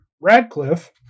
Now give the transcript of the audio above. Radcliffe